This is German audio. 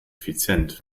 effizient